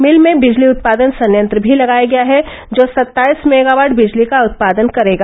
मिल में बिजली उत्पादन संयंत्र भी लगाया गया है जो सत्ताइस मेगावाट बिजली का उत्पादन करेगा